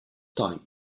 dike